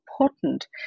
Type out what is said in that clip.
important